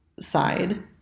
side